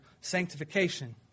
sanctification